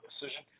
decision